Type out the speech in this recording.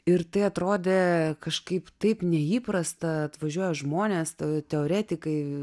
ir tai atrodė kažkaip taip neįprasta atvažiuoja žmonės tada teoretikai